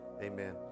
amen